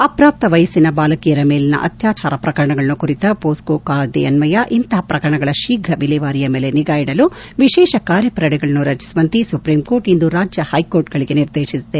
ಅಪ್ರಾಪ್ತ ವಯಸ್ಸಿನ ಬಾಲಕಿಯರ ಮೇಲಿನ ಅತ್ಯಾಚಾರ ಪ್ರಕರಣಗಳನ್ನು ಕುರಿತ ಮೋಸ್ತೊ ಕಾಯ್ದೆಯನ್ನಯ ಇಂತಪ ಪ್ರಕರಣಗಳ ಶೀಘು ವಿಲೇವಾರಿಯ ಮೇಲೆ ನಿಗಾ ಇಡಲು ವಿಶೇಷ ಕಾರ್ಯಪಡೆಗಳನ್ನು ರಚಿಸುವಂತೆ ಸುಪ್ರೀಂ ಕೋರ್ಟ್ ಇಂದು ರಾಜ್ಯ ಷ್ಯಕೋರ್ಟ್ಗಳಿಗೆ ನಿರ್ದೇಶಿಸಿದೆ